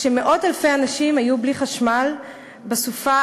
כשמאות-אלפי אנשים היו בלי חשמל בסופה,